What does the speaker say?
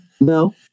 No